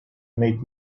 meet